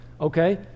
Okay